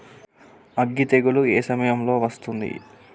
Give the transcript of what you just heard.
అగ్గి తెగులు ఏ సమయం లో వస్తుంది?